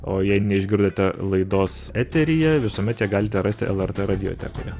o jei neišgirdote laidos eteryje visuomet ją galite rasti lrt radiotekoje